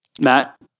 Matt